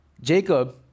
Jacob